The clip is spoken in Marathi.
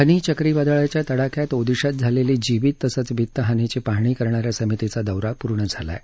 फनी चक्रीवादळाच्या तडाख्यात ओदिशात झालेली जीवित तसंच वित्तहानीची पहाणी करणा या समितीचा दौरा पूर्ण झाला आहे